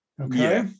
Okay